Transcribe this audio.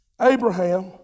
Abraham